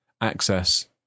access